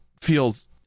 feels